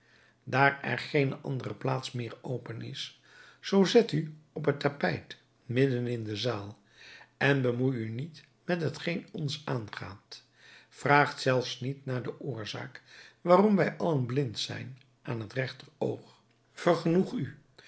daar er geene andere plaats meer open is zoo zet u op het tapijt midden in de zaal en bemoei u niet met hetgeen ons aangaat vraagt zelfs niet naar de oorzaak waarom wij allen blind zijn aan het regter oog vergenoeg u